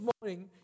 morning